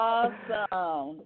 Awesome